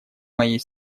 моей